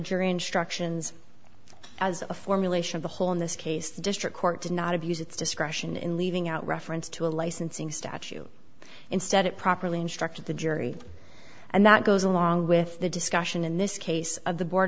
jury instructions as a formulation of the whole in this case the district court did not abuse its discretion in leaving out reference to a licensing statue instead it properly instructed the jury and that goes along with the discussion in this case of the board